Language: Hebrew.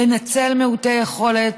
לנצל מעוטי יכולת,